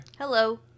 Hello